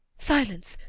silence!